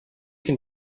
can